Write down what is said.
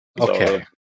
okay